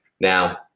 now